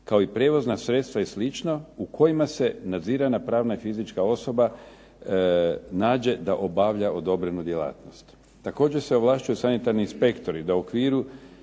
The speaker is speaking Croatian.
kao i prijevozna sredstva i slično u kojima se nadzirana pravna i fizička osoba nađe da obavlja odobrenu djelatnost. Također se ovlašćuju sanitarni inspektori da u okviru